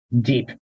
deep